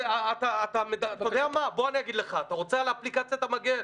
אתה רוצה עכשיו על אפליקציית המגן?